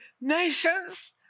nations